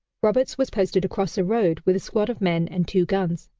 roberts was posted across a road with a squad of men and two guns.